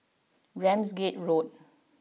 Ramsgate Road